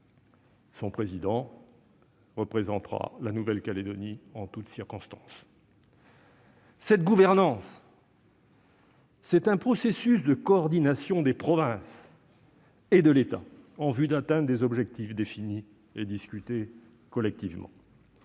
Son président représentera la Nouvelle-Calédonie en toutes circonstances. Cette gouvernance est un processus de coordination des provinces et de l'État en vue d'atteindre des objectifs définis et discutés collectivement,